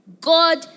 God